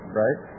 right